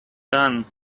done